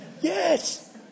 Yes